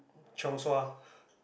chiong sua